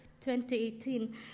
2018